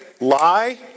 Lie